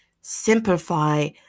simplify